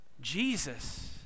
Jesus